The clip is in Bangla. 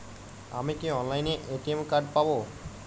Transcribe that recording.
আমি কি অনলাইনে এ.টি.এম কার্ড পাব?